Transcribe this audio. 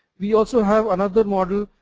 we also have another model,